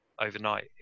overnight